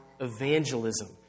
evangelism